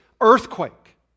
earthquake